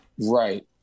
Right